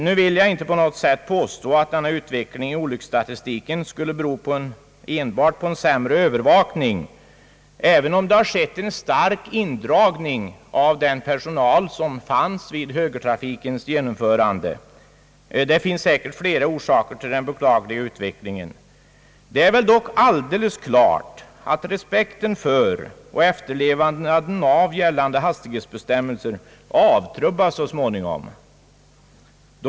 Jag vill inte på något sätt påstå att denna utveckling i olycksstatistiken enbart skulle bero på sämre övervakning, även om det skett en stark indragning av den personal som fanns tillgänglig vid högertrafikens genomförande. Det finns säkert flera orsaker till den beklagliga utvecklingen. Det är väl dock alldeles klart att respekten för och efterlevnaden av gällande hastighetsbestämmelser avtrubbas så småningom.